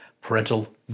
parental